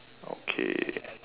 okay